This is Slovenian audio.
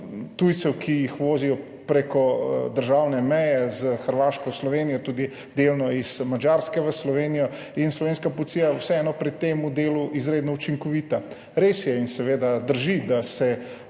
tujcev, ki jih vozijo preko državne meje, iz Hrvaške v Slovenijo, delno tudi iz Madžarske v Slovenijo, in slovenska policija je vseeno pri tem delu izredno učinkovita. Res je in seveda drži, da se